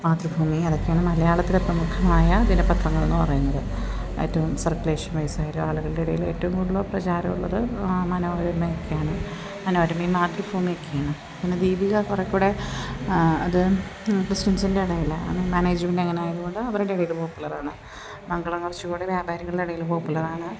മാതൃഭൂമി അതൊക്കെയാണ് മലയാളത്തിലെ പ്രമുഖമായ ദിനപ്പത്രങ്ങളെന്ന് പറയുന്നത് ഏറ്റവും സർക്കുലേഷൻ വൈസായ ആളുകളുടെ ഇടയിൽ ഏറ്റവും കൂടുതൽ പ്രചാരമുള്ളത് മനോരമയൊക്കെയാണ് മനോരയും മാതൃഭൂമിയെക്കെയാണ് പിന്നെ ദീപിക കുറേക്കൂടെ അത് ക്രിസ്റ്റ്യൻസിൻ്റെ ഇടയിൽ മാനേജ്മെൻ്റ് അങ്ങനെയായതുകൊണ്ട് അവരുടെ ഇടയിൽ പോപ്പുലറാണ് മംഗളം കുറച്ചുകൂടി വ്യാപാരിളുടെ ഇടയിൽ പോപ്പുലറാണ്